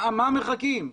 למה מחכים?